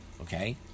Okay